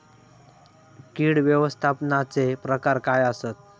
कीड व्यवस्थापनाचे प्रकार काय आसत?